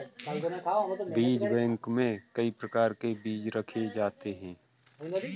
बीज बैंक में कई प्रकार के बीज रखे जाते हैं